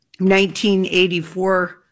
1984